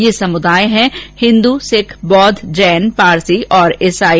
ये समुदाय हैं हिंदू सिख बौद्ध जैन पारसी और ईसाई